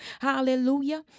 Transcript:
Hallelujah